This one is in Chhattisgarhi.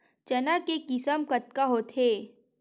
चना के किसम कतका होथे?